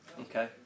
Okay